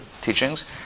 teachings